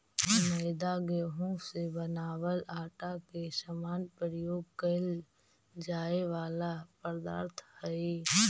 मैदा गेहूं से बनावल आटा के समान प्रयोग कैल जाए वाला पदार्थ हइ